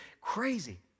crazy